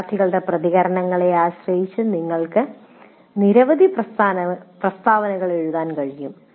വിദ്യാർത്ഥികളുടെ പ്രതികരണങ്ങളെ ആശ്രയിച്ച് നിങ്ങൾക്ക് നിരവധി പ്രസ്താവനകൾ എഴുതാൻ കഴിയും